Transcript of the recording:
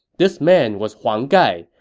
this man was huang gai,